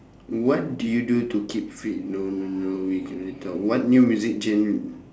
what do you do to keep fit no no no we cannot talk what new music genre